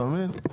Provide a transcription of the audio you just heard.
אתה מבין?